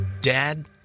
Dad